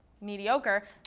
mediocre